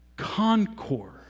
Concord